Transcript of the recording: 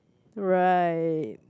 right